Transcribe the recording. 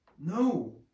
No